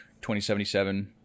2077